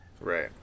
Right